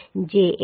જે 83